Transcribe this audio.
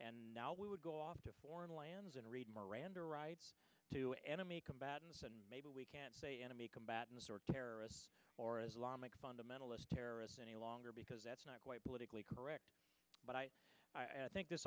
and now we would go off to foreign lands and read miranda rights to enemy combatants and maybe we can say enemy combatants or terrorists or islamic fundamentalist terrorists longer because that's not quite politically correct but i think th